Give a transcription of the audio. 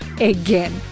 again